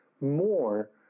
more